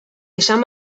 esan